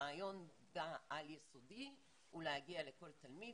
הרעיון בעל יסודי הוא להגיע לכל תלמיד.